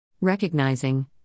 Recognizing